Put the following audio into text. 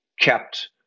kept